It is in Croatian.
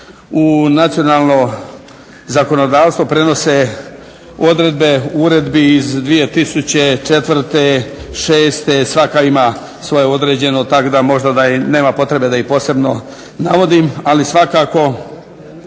u nacionalno zakonodavstvo prenose odredbe uredbi iz 2004., 2006., svaka ima svoje određeno tako da možda nema potrebe da ih posebno navodim, ali svakako